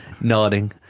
nodding